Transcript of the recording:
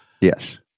Yes